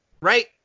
Right